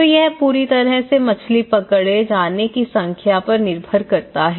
तो यह पूरी तरह से मछली पकड़े जाने की संख्या पर निर्भर करता है